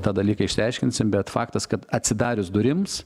tą dalyką išsiaiškinsim bet faktas kad atsidarius durims